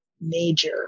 major